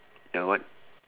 ya what